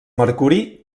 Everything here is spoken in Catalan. mercuri